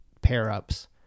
pair-ups